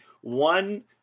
one